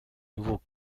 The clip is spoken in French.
nouveau